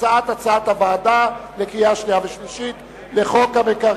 הצעת הוועדה לקריאה שנייה וקריאה שלישית לחוק לתיקון